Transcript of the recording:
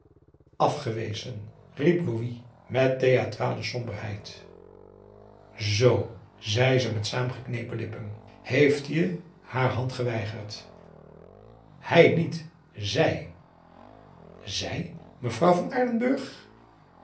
afgewezen riep louis met theatrale somberheid zoo zei ze met saamgeknepen lippen heeft hij je haar hand geweigerd hij niet zij zij mevrouw van aardenburg